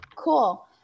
Cool